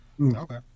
Okay